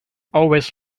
always